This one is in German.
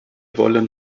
wollen